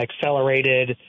accelerated